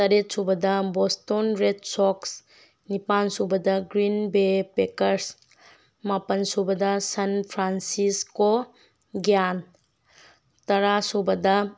ꯇꯔꯦꯠ ꯁꯨꯕꯗ Boston red sox ꯅꯤꯄꯥꯜ ꯁꯨꯕꯗ ꯒ꯭ꯔꯤꯟ ꯕꯦ ꯄꯦꯀꯔꯁ ꯃꯥꯄꯜ ꯁꯨꯕꯗ ꯁꯦꯟ ꯐ꯭ꯔꯥꯟꯁꯤꯁꯀꯣ ꯒꯥ꯭ꯌꯟ ꯇꯔꯥ ꯁꯨꯕꯗ